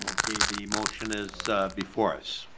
the the motion is before us.